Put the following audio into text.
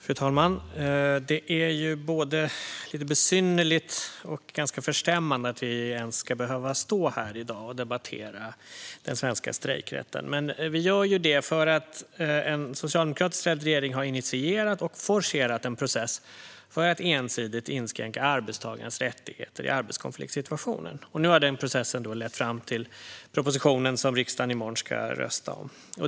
Fru talman! Det är både besynnerligt och förstämmande att vi ens behöva ska stå här i dag och debattera den svenska strejkrätten. Men vi gör det därför att en socialdemokratiskt ledd regering har initierat - och forcerat - en process för att ensidigt inskränka arbetstagares rättigheter i arbetskonfliktssituationer. Nu har den processen alltså lett fram till den proposition som riksdagen i morgon ska rösta om.